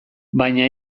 baina